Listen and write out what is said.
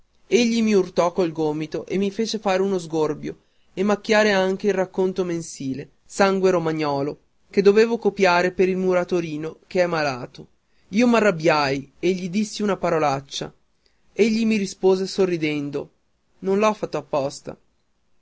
calligrafia egli mi urtò col gomito e mi fece fare uno sgorbio e macchiare anche il racconto mensile sangue romagnolo che dovevo copiare per il muratorino che è malato io m'arrabbiai e gli dissi una parolaccia egli mi rispose sorridendo non l'ho fatto apposta